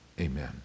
amen